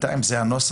בינתיים זה הנוסח,